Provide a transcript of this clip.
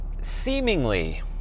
seemingly